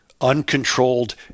uncontrolled